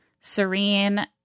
Serene